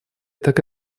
так